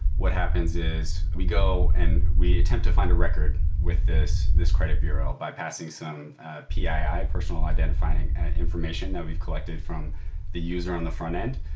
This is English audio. what happens is we go and we attempt to find a record with this this credit bureau, bypassing some pii, personal identifying information that we've collected from the user on the frontend.